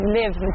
live